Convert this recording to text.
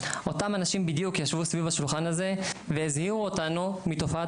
אותם אנשים בדיוק ישבו סביב השולחן הזה והזהירו אותנו מתופעת